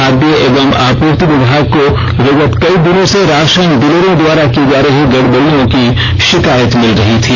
खादय एवं आपूर्ति विभाग को विगत कई दिनों से राषन डीलरों द्वारा की जा रही गडबडियों की षिकायत मिल रही थी